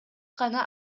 гана